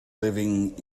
living